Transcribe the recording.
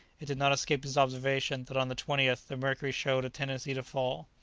it did not escape his observation that on the twentieth the mercury showed a tendency to fall.